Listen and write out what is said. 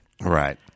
Right